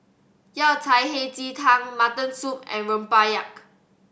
Yao Cai Hei Ji Tang Mutton Stew and rempeyek